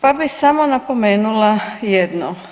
pa bi samo napomenula jedno.